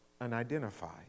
Unidentified